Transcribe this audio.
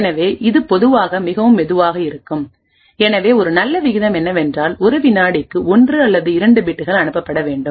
எனவே இது பொதுவாக மிகவும் மெதுவாக இருக்கும் எனவே ஒரு நல்ல விகிதம் என்னவென்றால்ஒரு விநாடிக்கு ஒன்று அல்லது இரண்டு பிட்கள் அனுப்பப்பட வேண்டும்